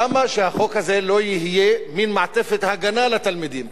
למה שהחוק הזה לא יהיה מין מעטפת הגנה לתלמידים?